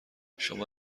شما